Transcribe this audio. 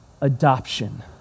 adoption